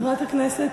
חברת הכנסת,